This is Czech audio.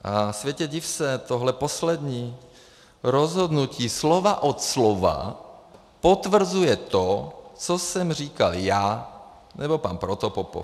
A světe div se, tohle poslední rozhodnutí slovo od slova potvrzuje to, co jsem říkal já nebo pan Protopopov.